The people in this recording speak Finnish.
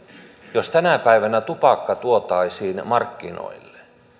jos tänä päivänä tupakka tuotaisiin markkinoille